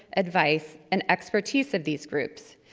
advice, and expertise of these groups,